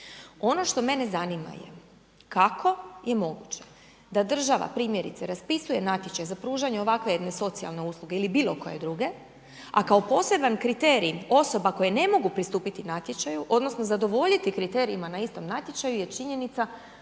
Ono što mene zanima je kako je moguće da država primjerice raspisuje natječaj za pružanje ovakve jedne socijalne usluge ili bilo koje druge, a kao poseban kriterij osoba koje ne mogu pristupiti natječaju odnosno zadovoljiti kriterijima na istom natječaju je činjenica da je